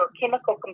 chemical